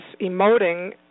emoting